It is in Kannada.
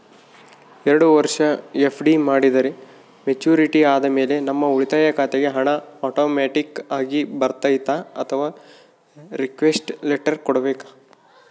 ಎರಡು ವರುಷ ಎಫ್.ಡಿ ಮಾಡಿದರೆ ಮೆಚ್ಯೂರಿಟಿ ಆದಮೇಲೆ ನಮ್ಮ ಉಳಿತಾಯ ಖಾತೆಗೆ ಹಣ ಆಟೋಮ್ಯಾಟಿಕ್ ಆಗಿ ಬರ್ತೈತಾ ಅಥವಾ ರಿಕ್ವೆಸ್ಟ್ ಲೆಟರ್ ಕೊಡಬೇಕಾ?